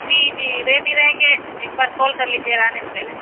جی جی ریڈی رہیں گے ایک بار کال کر لیجیے گا آنے سے پہلے